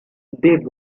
they